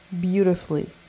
beautifully